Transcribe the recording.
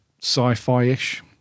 sci-fi-ish